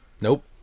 Nope